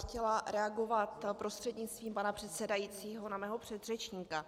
Chtěla bych reagovat prostřednictvím pana předsedajícího na svého předřečníka.